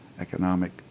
economic